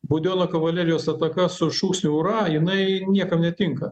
budiono kavalerijos ataka su šūksniu ura jinai niekam netinka